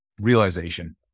realization